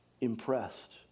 impressed